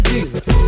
Jesus